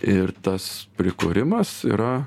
ir tas prikūrimas yra